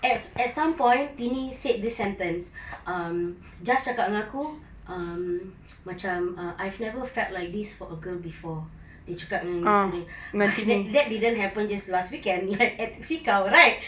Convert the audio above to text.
at at some point tini said this sentence um jas cakap dengan aku um macam uh I never felt like this for a girl before dia cakap gitu that that didn't happen just last weekend like at tipsy cow right